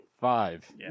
Five